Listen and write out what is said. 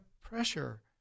pressure